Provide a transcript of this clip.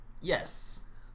yes